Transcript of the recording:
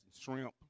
shrimp